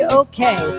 okay